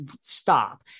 stop